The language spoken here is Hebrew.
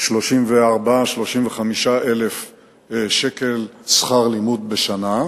34,000 35,000 שקל שכר לימוד בשנה.